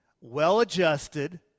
well-adjusted